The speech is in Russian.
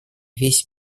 весь